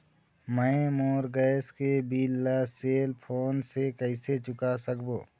मैं मोर गैस के बिल ला सेल फोन से कइसे चुका सकबो?